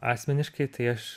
asmeniškai tai aš